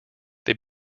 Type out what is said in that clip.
they